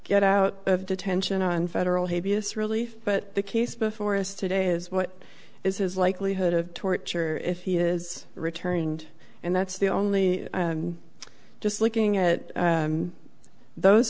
get out of detention on federal habeas relief but the case before us today is what is his likelihood of torture if he is returning and that's the only just looking at those